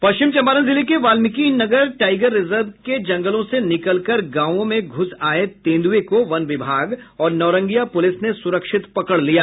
पश्चिम चंपारण जिले के Valmiki Nagar tiger reserve के जंगलों से निकलकर गांवों में घुस आये तेंदुए को वन विभाग और नौरंगिया पुलिस ने सुरक्षित पकड़ लिया